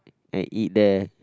and eat there